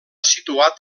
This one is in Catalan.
situat